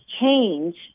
change